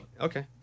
Okay